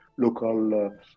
local